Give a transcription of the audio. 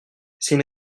c’est